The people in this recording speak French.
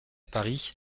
paris